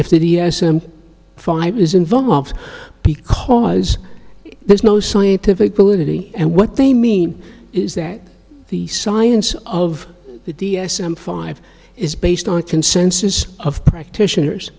if the d s m five is involved because there's no scientific validity and what they mean is that the science of the d s m five is based on consensus of practitioners